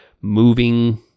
moving